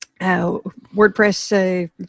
WordPress